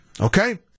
Okay